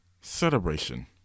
celebration